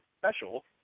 special